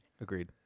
Agreed